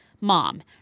mom